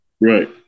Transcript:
Right